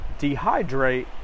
dehydrate